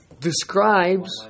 describes